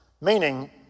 Meaning